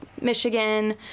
Michigan